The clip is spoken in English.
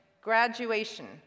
graduation